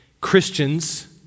Christians